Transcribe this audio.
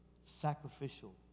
sacrificial